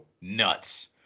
nuts